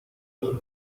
juntos